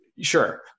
Sure